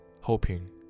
hoping